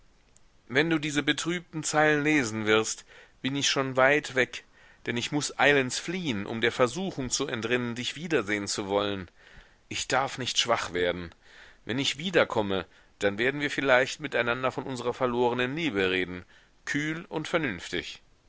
wenn du diese betrübten zeilen lesen wirst bin ich schon weit weg denn ich muß eilends fliehen um der versuchung zu entrinnen dich wiedersehen zu wollen ich darf nicht schwach werden wenn ich wiederkomme dann werden wir vielleicht miteinander von unsrer verlorenen liebe reden kühl und vernünftig